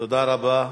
תודה רבה.